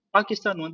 Pakistan